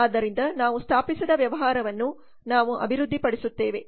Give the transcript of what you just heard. ಆದ್ದರಿಂದ ನಾವು ಸ್ಥಾಪಿಸಿದ ವ್ಯವಹಾರವನ್ನು ನಾವು ಅಭಿವೃದ್ಧಿಪಡಿಸುತ್ತೇವೆ